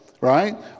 right